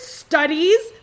studies